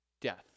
Death